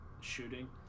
shooting